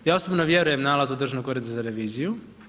Ja osobno vjerujem nalazu Državnog ureda za reviziju.